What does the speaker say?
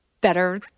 better